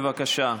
בבקשה.